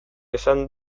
esan